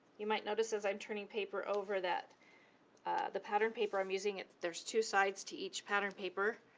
you might notice as i'm turning paper over, that the pattern paper i'm using, there's two sides to each pattern paper